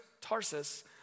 Tarsus